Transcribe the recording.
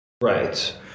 Right